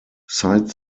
side